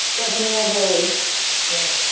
representative lowey yes